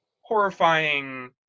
horrifying